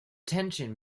tension